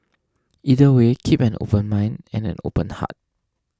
either way keep an open mind and an open heart